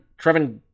Trevin